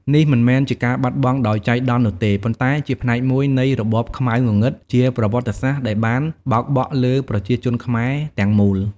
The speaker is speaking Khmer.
នេះមិនមែនជាការបាត់បង់ដោយចៃដន្យនោះទេ ប៉ុន្តែជាផ្នែកមួយនៃ របបខ្មៅងងឹតជាប្រវត្តិសាស្ត្រ ដែលបានបោកបក់លើប្រជាជនខ្មែរទាំងមូល។